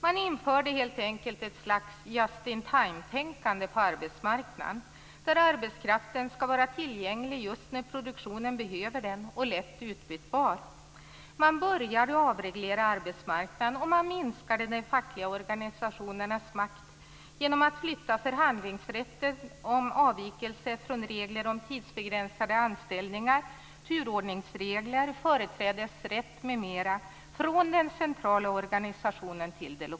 Man införde helt enkelt ett slags just in time-tänkande på arbetsmarknaden där arbetskraften skall vara både tillgänglig just när produktionen behöver den och lätt utbytbar. Man började avreglera arbetsmarknaden och minskade de fackliga organisationernas makt genom att flytta förhandlingsrätten om avvikelse från regler om tidsbegränsade anställningar, turordningsregler, företrädesrätt m.m.